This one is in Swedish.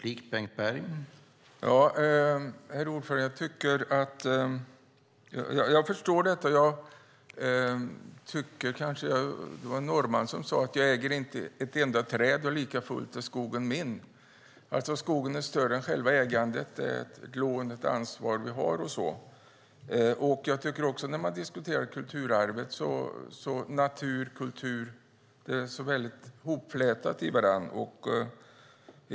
Herr talman! Jag tackar för svaret. Det var en norrman som sade: Jag äger inte ett enda träd och likafullt är skogen min. Skogen är alltså större än själva ägandet, och vi har ett ansvar för den. När det gäller kulturarvet är natur och kultur hopflätade i varandra.